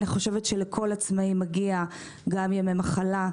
לכל העצמאיים מגיע גם ימי מחלה,